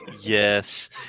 yes